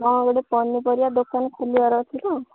ହଁ ଗୋଟେ ପନିପରିବା ଦୋକାନ ଖୋଲିବାର ଅଛି ତ